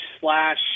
slash